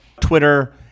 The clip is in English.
Twitter